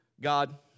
God